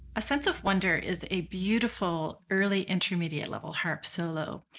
a sense of wonder is a beautiful early intermediate level harp solo,